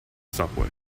subway